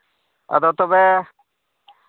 ᱟᱫᱚ ᱛᱚᱵᱮ